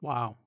Wow